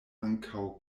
ankaŭ